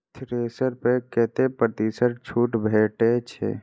Thresher पर कतै प्रतिशत छूट भेटय छै?